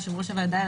יושב-ראש הוועדה,